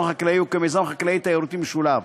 חקלאי או כמיזם חקלאי-תיירותי משולב.